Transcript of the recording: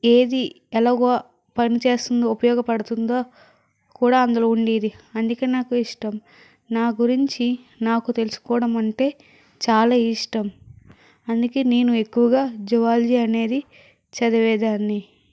ఏది ఎలాగో పనిచేస్తుంది ఉపయోగపడుతుందో కూడా అందులో ఉండేది అందుకే నాకు ఇష్టం నా గురించి నాకు తెలుసుకోవడం అంటే చాలా ఇష్టం అందుకే నేను ఎక్కువగా జువాలజీ అనేది చదివేదాన్ని